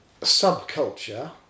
subculture